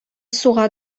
суга